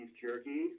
jerky